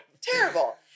terrible